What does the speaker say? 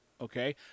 Okay